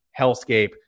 hellscape